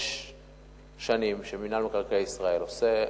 יש שנים שמינהל מקרקעי ישראל עושה,